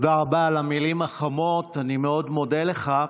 תודה רבה על המילים החמות, אני מאוד מודה לך.